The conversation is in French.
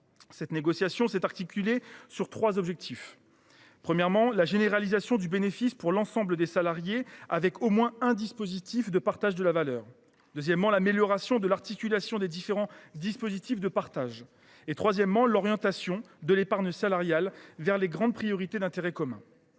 Cette négociation s’articulait selon trois objectifs : premièrement, la généralisation du bénéfice pour l’ensemble des salariés, avec au moins un outil de partage de la valeur ; deuxièmement, l’amélioration de l’articulation des différents dispositifs de partage ; et, troisièmement, l’orientation de l’épargne salariale vers les grandes priorités d’intérêt commun.